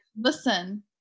Listen